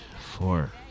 Four